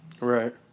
right